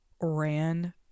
ran